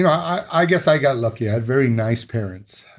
i guess i got lucky. i had very nice parents.